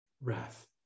wrath